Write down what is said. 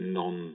non